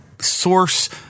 source